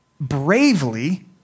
bravely